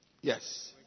yes